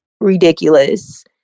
ridiculous